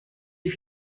die